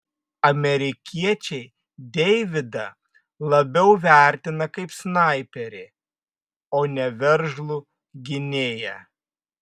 amerikiečiai deividą labiau vertina kaip snaiperį o ne veržlų gynėją